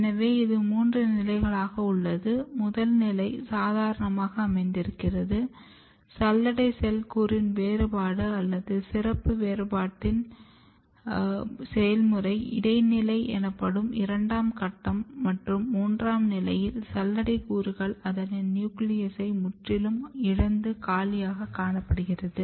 எனவே இது மூன்று நிலைகளாக உள்ளன முதல் நிலை சாதாரணமாக அமைகிறது சல்லடை செல் கூறின் வேறுபாடு அல்லது சிறப்பு வேறுபாட்டின் செயல்முறை இடைநிலை எனப்படும் இரண்டாம் கட்டம் மற்றும் மூன்றாம் நிலையில் சல்லடை கூறுகள் அதனின் நியூக்ளியஸை முற்றிலும் இழந்து காலியாக காணப்படுகிறது